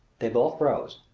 they both rose.